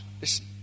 Listen